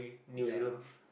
ya